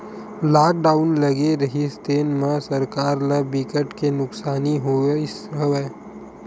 lockdown लगे रिहिस तेन म सरकार ल बिकट के नुकसानी होइस हवय